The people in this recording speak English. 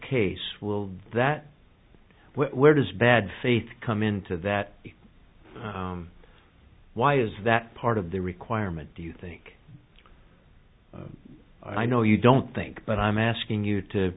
case will that where does bad faith come into that why is that part of the requirement do you think i know you don't think but i'm asking you to